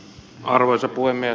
arvoisa puhemies